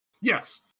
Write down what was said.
yes